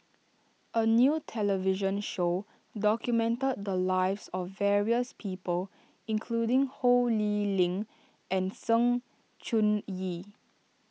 a new television show documented the lives of various people including Ho Lee Ling and Sng Choon Yee